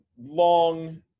long